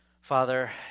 father